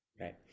right